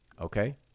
Okay